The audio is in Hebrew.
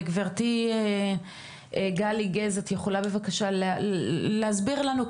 גברתי גלי גז תוכלי בבקשה להסביר לנו,